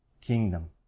kingdom